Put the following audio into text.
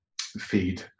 feed